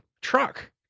truck